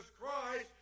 Christ